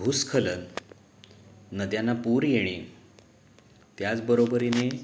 भूस्खलन नद्यांना पूर येणे त्याचबरोबरीने